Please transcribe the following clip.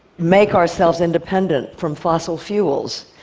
make ourselves independent from fossil fuels.